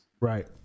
Right